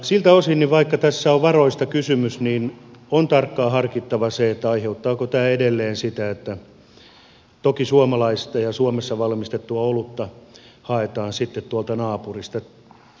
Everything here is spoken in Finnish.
siltä osin vaikka tässä on varoista kysymys on tarkkaan harkittava se aiheuttaako tämä edelleen sitä että toki suomalaista ja suomessa valmistettua olutta haetaan sitten tuolta naapurista